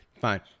fine